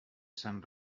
sant